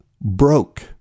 broke